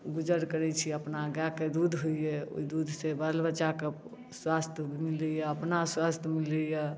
गुजर करै छी अपना गाय के दूध होइया ओहि दूध से बाल बच्चा के स्वस्थ मिलैया अपना स्वस्थ मिलैया